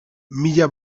mila